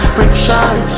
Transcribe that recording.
Friction